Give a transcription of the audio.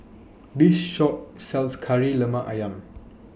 This Shop sells Kari Lemak Ayam